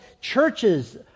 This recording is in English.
Churches